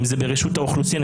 אם זה ברשות האוכלוסין,